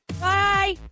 Bye